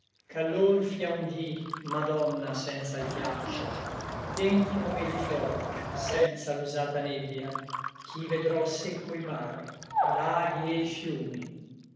fia un dí madonna senza l ghiaccio dentro et di for senza l'usata nebbia ch'i vedrò secco il mare e laghi e i fiumi